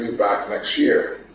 back next year